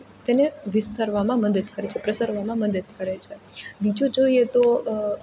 તેને વિસ્તારવામાં મદદ કરે છે તેને પ્રસારવામાં મદદ કરે છે બીજુ જોઈએ તો